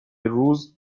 روز